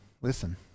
Listen